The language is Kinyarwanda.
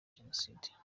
jenoside